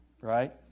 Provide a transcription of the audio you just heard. Right